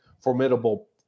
formidable